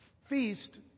feast